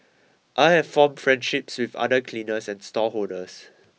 I have formed friendships with other cleaners and stallholders